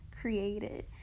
created